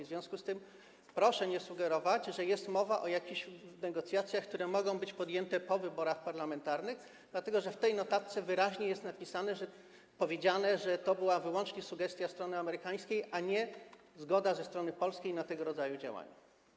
W związku z tym proszę nie sugerować, że jest mowa o jakichś negocjacjach, które mogą być podjęte po wyborach parlamentarnych, dlatego że w tej notatce wyraźnie jest napisane, że to była wyłącznie sugestia strony amerykańskiej, a nie zgoda ze strony polskiej na tego rodzaju działania.